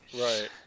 Right